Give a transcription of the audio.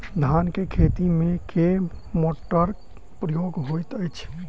धान केँ खेती मे केँ मोटरक प्रयोग होइत अछि?